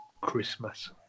Christmas